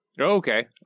Okay